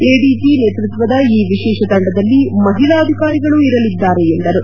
ADG ನೇತ್ಪಕ್ಷದ ಈ ವಿಶೇಷ ತಂಡದಲ್ಲಿ ಮಹಿಳಾ ಅಧಿಕಾರಿಗಳೂ ಇರಲಿದ್ದಾರೆ ಎಂದರು